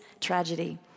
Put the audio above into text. tragedy